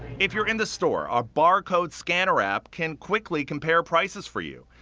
if you're in the store, a bar code scanner app can quickly compare prices for you.